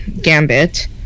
Gambit